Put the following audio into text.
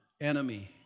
enemy